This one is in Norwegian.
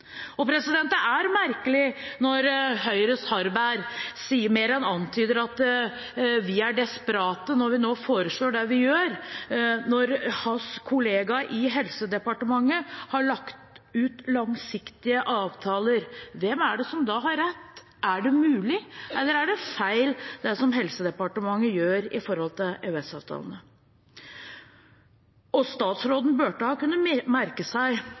Det er merkelig at Høyres Harberg mer enn antyder at vi er desperate når vi nå foreslår det vi gjør, når hans kollega i Helsedepartementet har lagt ut langsiktige avtaler. Hvem er det som da har rett? Er det mulig, eller er det feil, det som Helsedepartementet gjør i forhold til EØS-avtalene? Statsråden burde ha kunnet merke seg